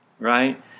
right